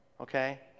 okay